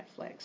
Netflix